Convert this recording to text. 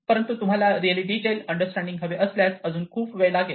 परंतु तुम्हाला really detail understanding हवे असल्यास अजून खूप वेळ लागेल